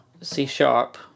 C-sharp